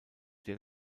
der